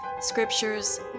scriptures